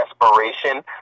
desperation